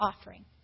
offering